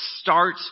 start